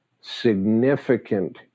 significant